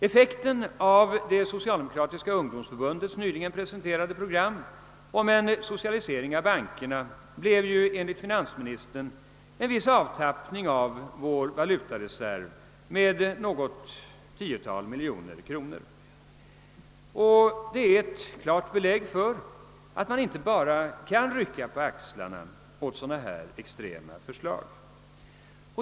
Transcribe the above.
Effekten av det socialdemokratiska ungdomsförbundets nyligen presenterade program om en socialisering av bankerna blev enligt finansministern en avtappning av vår valutareserv med något tiotal miljoner kronor. Det är ett klart belägg för att man inte bara kan rycka på axlarna åt sådana extrema förslag.